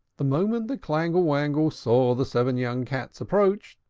the moment the clangle-wangle saw the seven young cats approach,